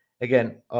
again